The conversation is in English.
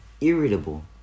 irritable